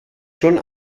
schon